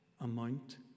amount